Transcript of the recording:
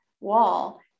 wall